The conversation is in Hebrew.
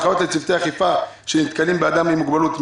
המשפטים הוציא הנחיות לצוותי האכיפה שנתקלים באדם עם מוגבלות,